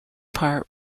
part